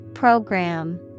Program